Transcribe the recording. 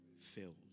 filled